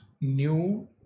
new